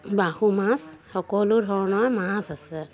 বাহু মাছ সকলো ধৰণৰ মাছ আছে